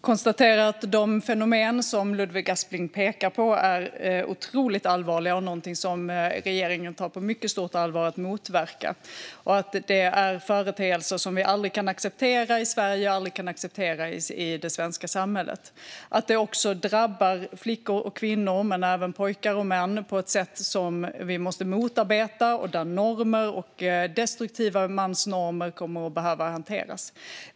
Herr talman! De fenomen som Ludvig Aspling pekar på är otroligt allvarliga, och det är något som regeringen tar på mycket stort allvar för att motverka. Det här är företeelser som vi aldrig kan acceptera i Sverige och det svenska samhället. Det drabbar flickor och kvinnor men även pojkar och män på ett sätt som vi måste motarbeta. Normer - destruktiva mansnormer - kommer att behöva hanteras.